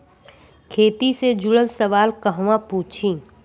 खेती से जुड़ल सवाल कहवा पूछी?